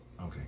okay